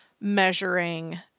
measuring